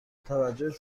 توجهش